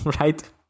Right